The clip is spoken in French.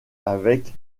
avec